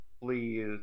please